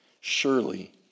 Surely